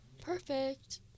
Perfect